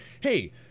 Hey